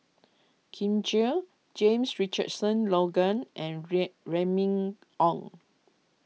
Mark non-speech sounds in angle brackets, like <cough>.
Kin Chui James Richardson Logan and <unintelligible> Remy Ong